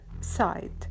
side